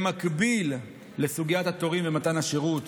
במקביל לסוגיית התורים ומתן השירות,